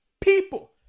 people